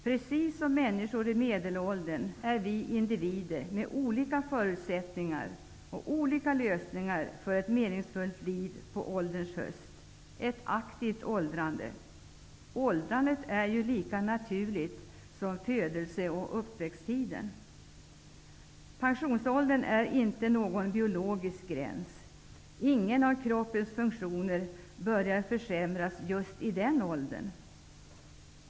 Precis som människor i medelåldern är vi individer med olika förutsättningar och har valt olika lösningar för ett meningsfullt liv på ålderns höst -- ett aktivt åldrande! Åldrandet är ju lika naturligt som födelse och uppväxttiden! Pensionsåldern är inte någon biologisk gräns. Ingen av kroppens funktioner börjar försämras just i den åldern.